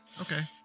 Okay